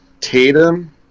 Tatum